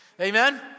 Amen